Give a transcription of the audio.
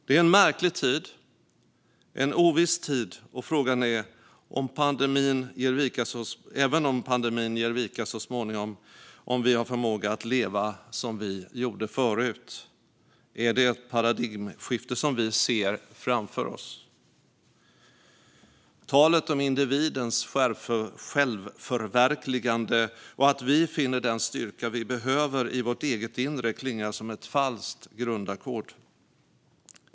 Det Kristdemokraterna en märklig och oviss tid, och frågan är om vi även om pandemin ger vika så småningom har förmåga att leva som vi gjorde förut. Är det ett paradigmskifte vi ser framför oss? Talet om individens självförverkligande och att vi finner den styrka vi behöver i vårt eget inre klingar som ett falskt grundackord.